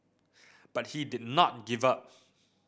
but he did not give up